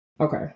Okay